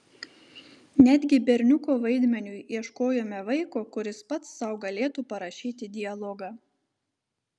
netgi berniuko vaidmeniui ieškojome vaiko kuris pats sau galėtų parašyti dialogą